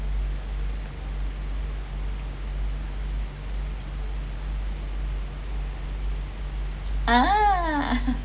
ah